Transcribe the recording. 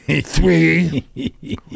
Three